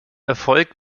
erfolg